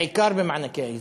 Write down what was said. בעיקר במענקי האיזון.